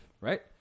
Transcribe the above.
right